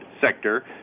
sector